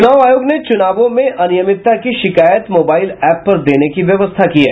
चुनाव आयोग ने चुनावों में अनियमितता की शिकायत मोबाइल एप पर देने की व्यवस्था की है